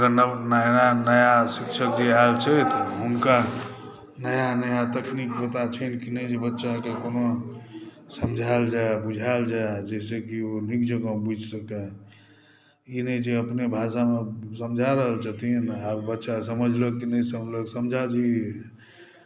नव नया नया शिक्षक जे आयल छथि हुनका नया नया तकनीक पता छनि कि नहि जे बच्चाक कोना समझायल जाय बुझायल जाय जाहिसॅं कि ओ नीक जेकाॅं बुझि सकए ई नहि जे अपने भाषामे समझा रहल छथिन आ बच्चा समझलक की नहि समझा जी